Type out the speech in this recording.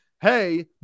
hey